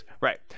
right